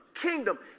kingdom